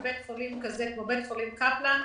שלבית חולים כמו בית חולים קפלן,